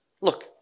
Look